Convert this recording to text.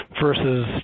versus